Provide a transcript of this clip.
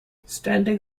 standing